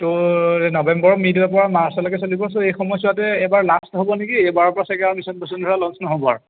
ত' এই নৱেম্বৰ মিদৰ পৰা মাৰ্চলৈকে চলিব চ' এই সময়ছোৱাতোৱেই এইবাৰ লাষ্ট হ'ব নেকি এইবাৰৰ পৰা চাগে আৰু মিছন বসুন্ধৰা লঞ্চ নহ'ব আৰু